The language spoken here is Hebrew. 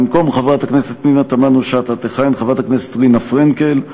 במקום חברת הכנסת פנינה תמנו-שטה תכהן חברת הכנסת רינה פרנקל,